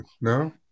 No